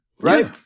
Right